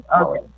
Okay